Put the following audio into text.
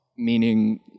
meaning